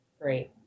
Great